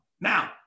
Now